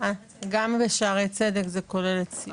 גם בשערי צדק היא כוללת את סיעוד.